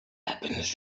happens